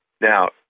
Now